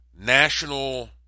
national